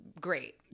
great